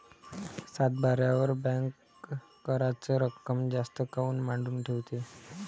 सातबाऱ्यावर बँक कराच रक्कम जास्त काऊन मांडून ठेवते?